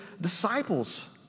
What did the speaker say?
disciples